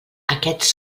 aquests